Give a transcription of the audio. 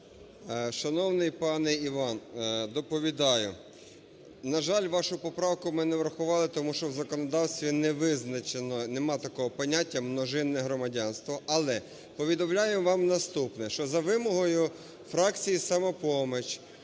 Шановний пане Іван, доповідаю: на жаль, ми вашу поправку не врахували, тому що в законодавстві не визначено, нема такого поняття "множинне громадянство". Але повідомляю вам наступне, що за вимогою фракції "Самопоміч",